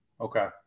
Okay